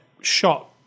shot